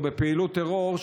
או בפעילות טרור,